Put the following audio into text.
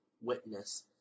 witness